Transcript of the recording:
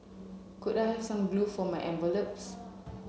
could I have some glue for my envelopes